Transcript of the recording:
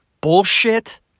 bullshit